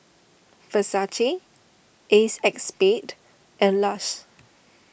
Versace Acexspade and Lush